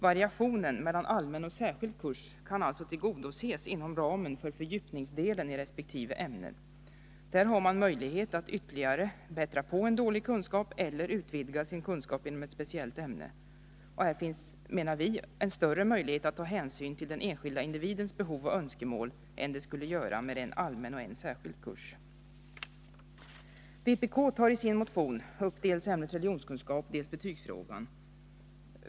Variationen mellan allmän och särskild kurs kan alltså tillgodoses inom ramen för fördjupningsdelen i resp. ämnen. Där har man möjlighet att bättra på en dålig kunskap eller att ytterligare utvidga sin kunskap inom ett speciellt ämne. Här finns, menar vi, också större möjligheter att ta hänsyn till den enskilde individens behov och önskemål än det skulle göra med en allmän och en särskild kurs. Vpk tar i sin motion upp dels ämnet religionskunskap, dels betygsfrågan.